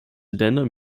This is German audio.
ländern